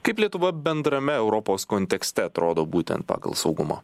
kaip lietuva bendrame europos kontekste atrodo būtent pagal saugumo